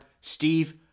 Steve